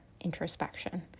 introspection